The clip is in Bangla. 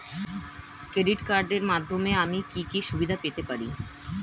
ক্রেডিট কার্ডের মাধ্যমে আমি কি কি সুবিধা পেতে পারি?